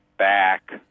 back